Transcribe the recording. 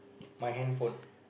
my handphone